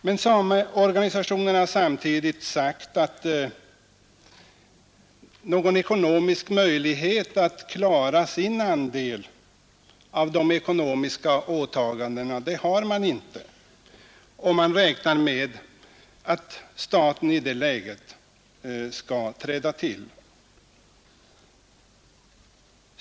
Men sameorganisationerna har samtidigt sagt att de inte har någon möjlighet att klara sin andel av de ekonomiska åtagandena, och man räknar med att staten i det läget skall träda till.